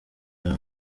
yawe